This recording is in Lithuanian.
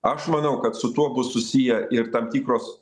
aš manau kad su tuo bus susiję ir tam tikros